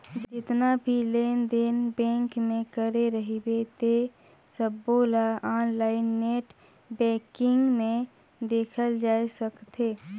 जेतना भी लेन देन बेंक मे करे रहबे ते सबोला आनलाईन नेट बेंकिग मे देखल जाए सकथे